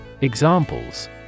Examples